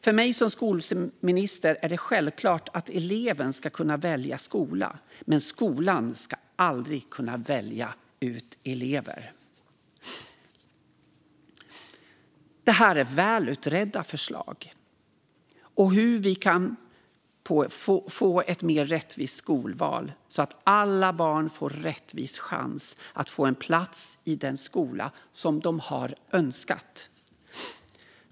För mig som skolminister är det självklart att eleven ska kunna välja skola, men skolan ska aldrig kunna välja ut elever. Detta är välutredda förslag om hur vi kan få ett mer rättvist skolval så att alla barn får en rättvis chans att få en plats i den skola som de har önskat.